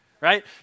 right